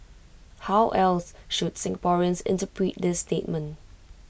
how else should Singaporeans interpret this statement